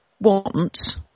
want